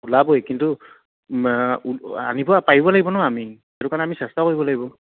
ওলাবই কিন্তু আনিব পাৰিব লাগিব ন আমি সেইটো কাৰণে আমি চেষ্টাও কৰিব লাগিব